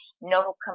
no